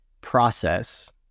process